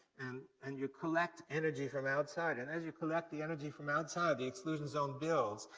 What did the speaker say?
and and you collect energy from outside, and as you collect the energy from outside, the exclusion zone builds.